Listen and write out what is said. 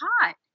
hot